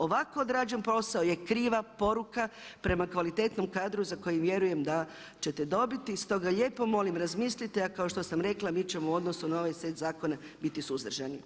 Ovako odrađen posao je kriva poruka prema kvalitetnom kadru za koji vjerujem da ćete dobiti, stoga lijepo molim razmislite a kao što sam rekla mi ćemo u odnosu na ovaj set zakona biti suzdržani.